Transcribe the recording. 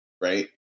right